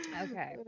Okay